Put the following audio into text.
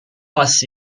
pass